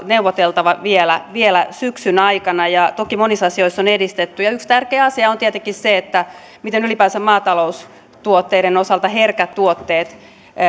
neuvoteltava vielä vielä syksyn aikana ja toki monissa asioissa on edistytty yksi tärkeä asia on tietenkin se minkälaisen kohtelun ylipäänsä maataloustuotteiden osalta herkät tuotteet